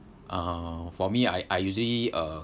uh for me I I usually uh